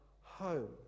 home